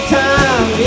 time